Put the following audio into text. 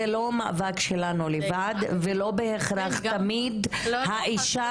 זה לא מאבק שלנו לבד ולא בהכרח תמיד האישה